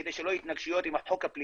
כדי שלא יהיו התנגשויות עם החוק הפלילי,